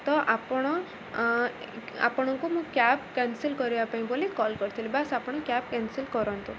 ତ ଆପଣ ଆପଣଙ୍କୁ ମୁଁ କ୍ୟାବ୍ କ୍ୟାନ୍ସଲ୍ କରିବା ପାଇଁ ବୋଲି କଲ୍ କରିଥିଲି ବାସ୍ ଆପଣ କ୍ୟାବ୍ କ୍ୟାନ୍ସଲ୍ କରନ୍ତୁ